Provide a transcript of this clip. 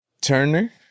Turner